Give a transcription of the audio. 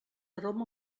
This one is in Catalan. rom